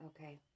Okay